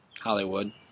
Hollywood